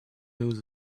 news